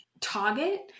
target